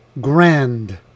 grand